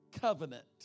covenant